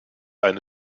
eine